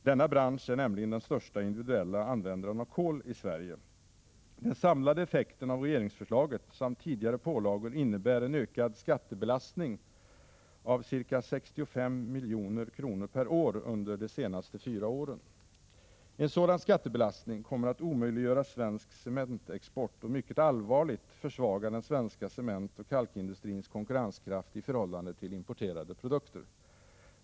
Denna bransch är nämligen den största individuella användaren av kol i Sverige. Den samlade effekten av regeringsförslaget samt tidigare pålagor innebär en ökad skattebelastning av ca 65 milj.kr./år under de senaste fyra åren. En sådan skattebelastning kommer att omöjliggöra svensk cementexport och mycket allvarligt försvaga den svenska cementoch kalkindustrins konkurrenskraft i förhållande till importerade produkter.